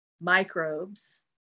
microbes